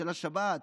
של השבת.